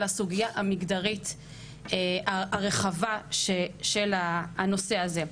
אלא הסוגייה המגדרית הרחבה של הנושא הזה.